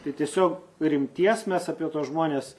tai tiesiog rimties mes apie tuos žmones